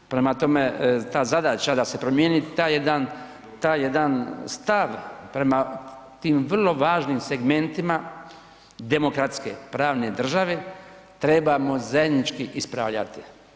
Prema tome ta zadaća da se promijeni taj jedan stav prema tim vrlo važnim segmentima demokratske pravne države trebamo zajednički ispravljati.